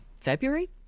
February